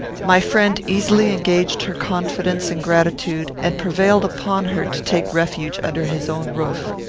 my friend easily engaged her confidence and gratitude, and prevailed upon her to take refuge under his own roof.